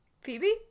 phoebe